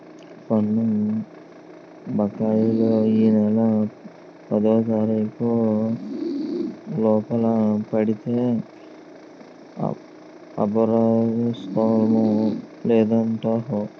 పన్ను బకాయిలు ఈ నెల పదోతారీకు లోపల కడితే అపరాదరుసుము లేదండహో